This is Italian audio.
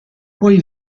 poi